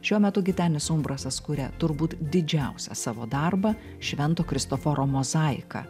šiuo metu gitenis umbrasas kuria turbūt didžiausią savo darbą švento kristoforo mozaiką